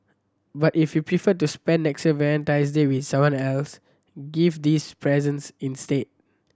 but if you prefer to spend next year's Valentine's Day with someone else give these presents instead